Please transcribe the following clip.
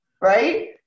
right